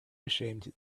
ashamed